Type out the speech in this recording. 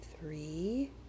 three